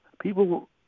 People